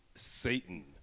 Satan